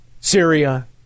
Syria